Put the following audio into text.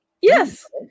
Yes